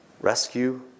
rescue